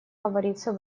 говорится